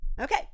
Okay